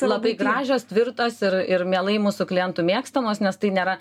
labai gražios tvirtos ir ir mielai mūsų klientų mėgstamos nes tai nėra